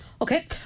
Okay